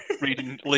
reading